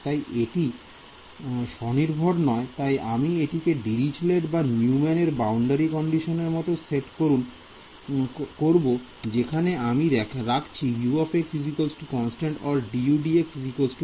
তাই এটি স্বনির্ভর নয় তাই আমি এটিকে দিরিচলেট বা নিউম্যান এর বাউন্ডারি কন্ডিশনের মত সেট করুন যেখানে আমি রাখছি U const or dUdx const